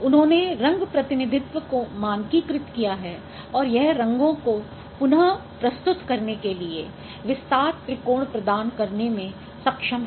उन्होंने रंग प्रतिनिधित्व को मानकीकृत किया है और यह रंगों को पुन प्रस्तुत करने के लिए विस्तार त्रिकोण प्रदान करने में सक्षम है